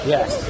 Yes